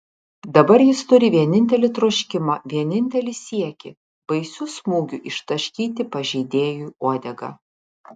dabar jis turi vienintelį troškimą vienintelį siekį baisiu smūgiu ištaškyti pažeidėjui uodegą